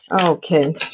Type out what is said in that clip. Okay